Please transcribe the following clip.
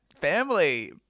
family